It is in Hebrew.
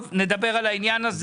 ולדימיר, אנחנו נדבר על העניין הזה.